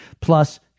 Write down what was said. plus